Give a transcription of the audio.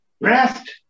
Rest